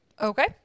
Okay